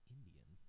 Indian